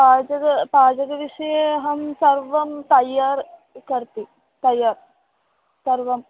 पाचके पाचकविषये अहं सर्वं तैय्यार् करोति तैय्यार् सर्वम्